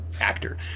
actor